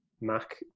Mac